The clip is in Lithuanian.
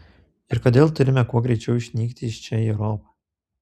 ir kodėl turime kuo greičiau išnykti iš čia į europą